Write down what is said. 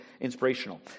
inspirational